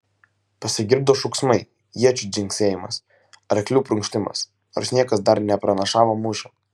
pasigirdo šūksmai iečių dzingsėjimas arklių prunkštimas nors niekas dar nepranašavo mūšio